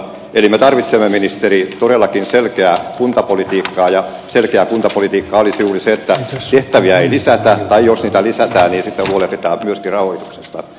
yle tarvitsee ministeri todellakin selkeää kuntapolitiikkaa ja selkeä puhdas politiikka oli juuri se että syyttäjä ei lisätä haju sitä lisätään esitellyt että lystirahoituksesta